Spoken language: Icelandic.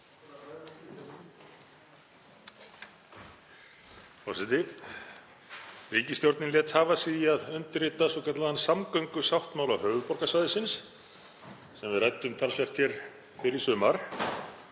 Ríkisstjórnin lét hafa sig í að undirrita svokallaðan samgöngusáttmála höfuðborgarsvæðisins, sem við ræddum talsvert hér fyrr í sumar.